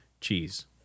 cheese